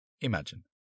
Imagine